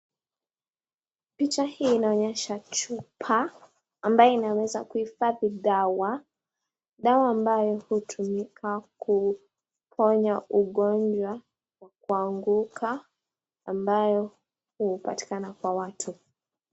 Picha hii inaonyesha chupa ambayo inaweza kuhifadhi dawa. Dawa ambayo hutumika kuponya ugonjwa wa kuanguka ambayo hupatikana kwa watu.